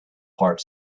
part